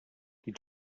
die